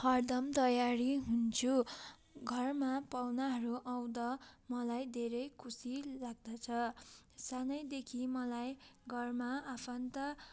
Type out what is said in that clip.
हरदम तयारी हुन्छु घरमा पाहुनाहरू आउँदा मलाई धेरै खुसी लाग्दछ सानैदेखि मलाई घरमा आफन्त